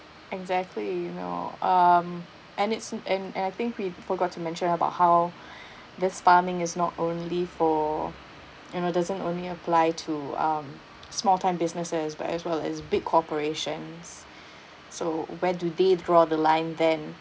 exactly you know um and it's mm and and I think we forgot to mention about how this farming is not only for you know doesn't only apply to um small-time businesses but as well as big corporations so where do they draw the line then